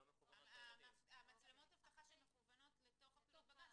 לא מכוונות אל הילדים.